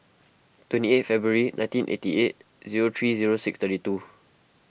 twenty eight February nineteen eighty eight zero three zero six thirty two